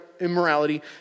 immorality